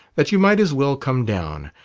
that you might as well come down.